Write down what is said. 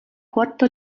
quarto